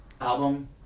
album